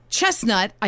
Chestnut